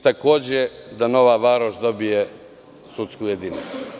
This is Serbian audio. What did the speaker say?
Takođe, da Nova Varoš dobije sudsku jedinicu.